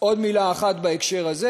עוד מילה אחת בהקשר הזה.